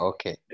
Okay